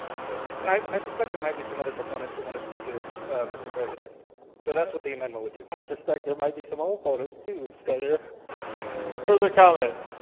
so and i i suspect there might be some other proponents that want to speak to this mr. president so that's what the amendment would do i suspect there might be some ah opponents to senator further comments